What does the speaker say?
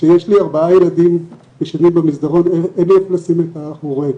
כשיש לי ארבעה ילדים ישנים במסדרון אין לי איפה לשים את ההורה,